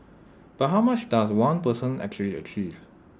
but how much does one person actually achieve